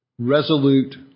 Resolute